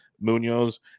Munoz